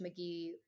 mcgee